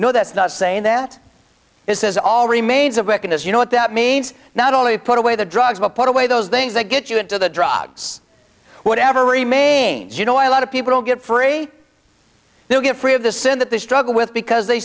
no that's not saying that is all remains of wiccan is you know what that means not only put away the drugs but put away those things that get you into the drugs whatever remains you know a lot of people get free they get free of the sin that they struggle with because they